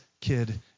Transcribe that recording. kid